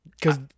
Cause